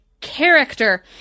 character